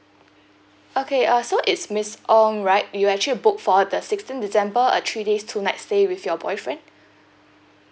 okay uh so it's miss ong right you actually booked for the sixteenth december a three days two nights stay with your boyfriend